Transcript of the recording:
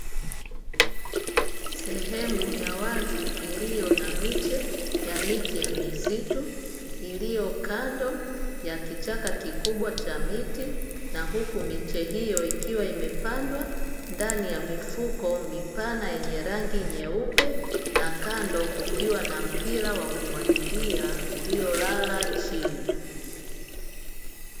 Sehemu ya wazi iliyo na miche ya miti ya misitu iliyokando ya kichaka kikubwa cha miti, na huku miche hiyo ikiwa imepandwa ndani ya mifuko mipana yenye rangi nyeupe na kando kukiwa na mpira wa kumwagilia uliolala chini.